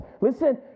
Listen